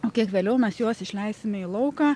o kiek vėliau mes juos išleisime į lauką